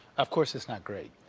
of course it's not great.